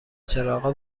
چراغا